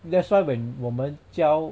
that's why when 我们教